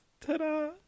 Ta-da